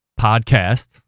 podcast